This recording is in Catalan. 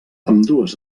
ambdues